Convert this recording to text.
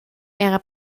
era